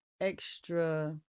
extra